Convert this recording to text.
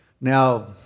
Now